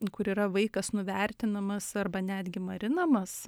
kur yra vaikas nuvertinamas arba netgi marinamas